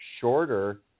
shorter